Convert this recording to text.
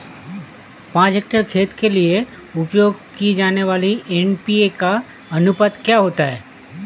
पाँच हेक्टेयर खेत के लिए उपयोग की जाने वाली एन.पी.के का अनुपात क्या होता है?